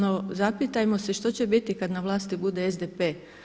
No, zapitajmo se što će biti kad na vlasti bude SDP?